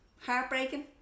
heartbreaking